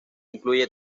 incluye